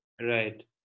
Right